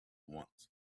once